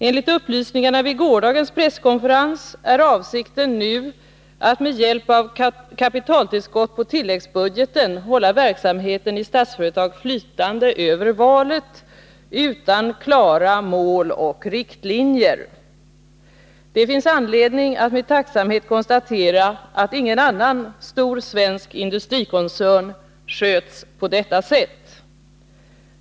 Enligt upplysningarna vid gårdagens presskonferens är avsikten nu att med hjälp av kapitaltillskott på tilläggsbudgeten hålla verksamheten i Statsföretag flytande över valet utan klara mål och riktlinjer. Det finns anledning att med tacksamhet konstatera att ingen annan stor svensk industrikoncern sköts på detta sätt.